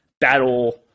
battle